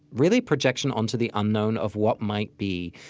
really, projection onto the unknown of what might be.